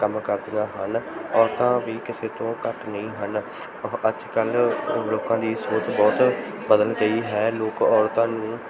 ਕੰਮ ਕਰਦੀਆਂ ਹਨ ਔਰਤਾਂ ਵੀ ਕਿਸੇ ਤੋਂ ਘੱਟ ਨਹੀਂ ਹਨ ਅੱਜ ਕੱਲ ਲੋਕਾਂ ਦੀ ਸੋਚ ਬਹੁਤ ਬਦਲ ਗਈ ਹੈ ਲੋਕ ਔਰਤਾਂ ਨੂੰ